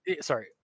Sorry